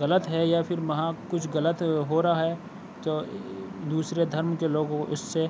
غلط ہے یا پھر وہاں کچھ غلط ہو رہا ہے تو دوسرے دھرم کے لوگوں کو اِس سے